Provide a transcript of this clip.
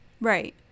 right